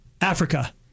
Africa